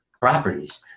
properties